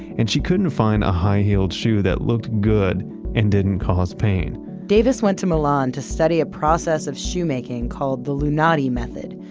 and she couldn't find a a high-heeled shoe that looked good and didn't cause pain davis went to milan to study a process of shoe-making called the lunati method,